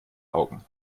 augen